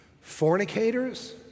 Fornicators